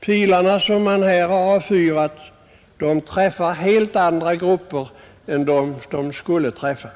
pilar man här har avskjutit träffar emellertid helt andra grupper än dem de skulle träffa.